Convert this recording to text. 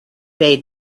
bade